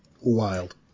Wild